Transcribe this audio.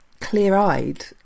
clear-eyed